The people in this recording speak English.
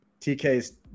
TK's